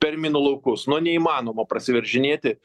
per minų laukus nu neįmanoma prasiveržinėti